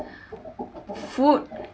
food